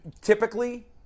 typically